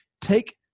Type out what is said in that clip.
Take